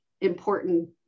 important